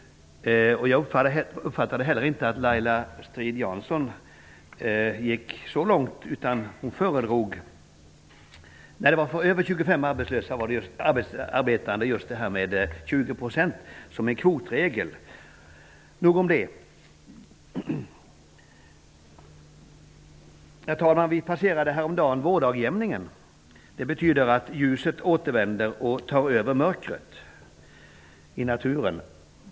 Jag uppfattade heller inte att Laila Strid-Jansson gick så långt, utan hon föredrog i företag med över 25 anställda 20 % som en kvotregel. Nog om det. Herr talman! Vi passerade häromdagen vårdagjämningen. Det betyder att ljuset återvänder och tar över mörkret i naturen.